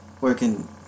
working